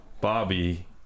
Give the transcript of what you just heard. Bobby